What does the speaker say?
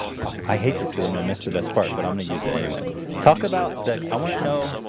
um talk i hate this because and i miss the best part, but i'm going to use it anyway talk about that. i want to hell